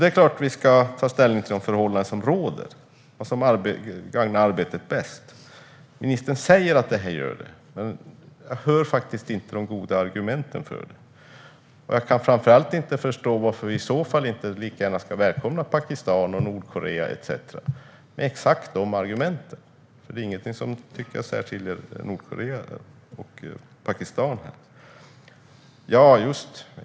Det är klart att vi ska ta ställning till de förhållanden som råder och till vad som gagnar arbetet bäst. Ministern säger att det här gör det, men jag hör inte de goda argumenten för detta. Jag kan framför allt inte förstå varför vi i så fall inte lika gärna kan välkomna Pakistan eller Nordkorea med exakt samma argument. Jag tycker inte att det finns någonting som särskiljer Nordkorea och Pakistan här.